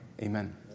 Amen